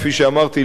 כפי שאמרתי,